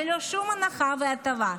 ללא שום הנחה והטבה,